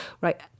Right